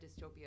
Dystopia